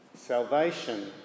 Salvation